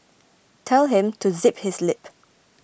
tell him to zip his lip